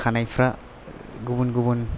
खानायफ्रा गुबुन गुबुन